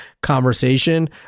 conversation